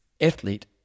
athlete